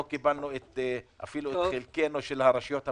לא קיבלנו את החלק של הרשויות המקומיות.